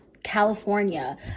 california